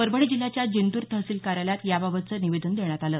परभणी जिल्ह्याच्या जिंतूर तहसील कार्यालयात याबाबतचं निवेदन देण्यात आलं